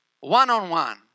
one-on-one